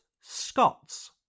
Scots